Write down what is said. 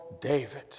David